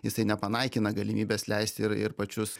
jisai nepanaikina galimybės leisti ir ir pačius